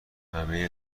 همه